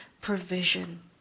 provision